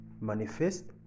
manifest